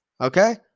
okay